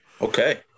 Okay